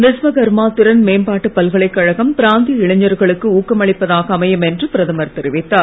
விஸ்வகர்மா திறன் மேம்பாட்டு பல்கலைக்கழகம் பிராந்திய இளைஞர்களுக்கு ஊக்கமளிப்பதாக அமையும் என்று பிரதமர் தெரிவித்தார்